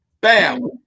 bam